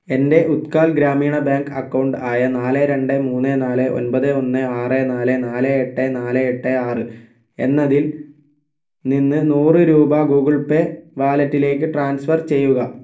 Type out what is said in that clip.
എൻ്റെ Utkal Gramin bank account ആയ നാല് രണ്ട് മൂന്ന് നാല് ഒൻപത് ഒന്ന് ആറ് നാല് നാല് എട്ട് നാല് എട്ട് ആറ് എന്നതിൽ നിന്ന് നൂറ് രൂപ ഗൂഗിൾ പേ വാലറ്റിലേക്ക് ട്രാൻസ്ഫർ ചെയ്യുക